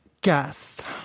guess